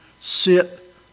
sit